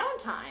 downtime